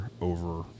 over